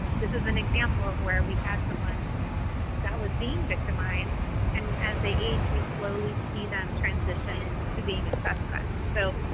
this is an example of where we had someone that was being victimized and as they age we slowly see them transition to being a suspect. so,